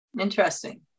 Interesting